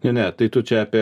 ne ne tai tu čia apie